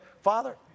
Father